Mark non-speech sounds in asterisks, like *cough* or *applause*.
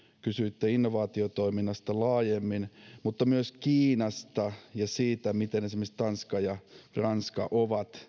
kysyitte innovaatiotoiminnasta laajemmin mutta myös kiinasta ja siitä miten esimerkiksi tanska ja ranska ovat *unintelligible*